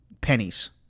pennies